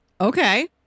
Okay